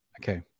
Okay